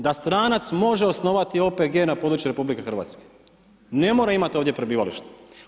Da stranac može osnovati OPG na području RH, ne mora imati ovdje prebivalište.